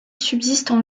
subsistent